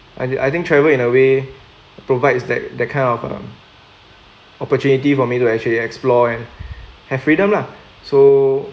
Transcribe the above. and I I think travel in a way provides that that kind of um opportunity for me to actually explore and have freedom lah so